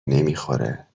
نمیخوره